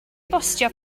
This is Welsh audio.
bostio